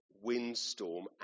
windstorm